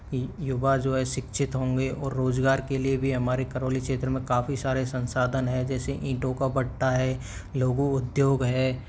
युवा जो है शिक्षित होंगे और रोज़गार के लिए भी हमारे करौली क्षेत्र में काफ़ी सारे संसाधन हैं जैसे ईंटों का भट्टा है लघु उद्योग है